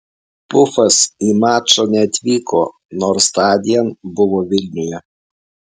pufas į mačą neatvyko nors tądien buvo vilniuje